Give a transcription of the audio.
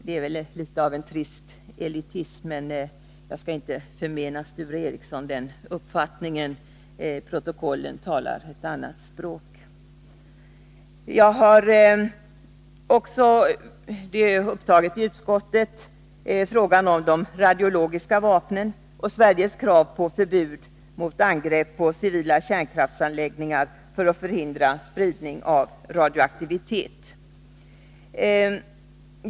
Det är ett uttryck för trist elitism, men jag skall inte förmena Sture Ericson den uppfattningen. Protokollen talar ett annat språk. Jag har i utskottet också tagit upp frågan om de radiologiska vapnen och Sveriges krav på förbud mot angrepp på civila kärnkraftsanläggningar för att förhindra spridning av radioaktivitet.